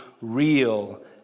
real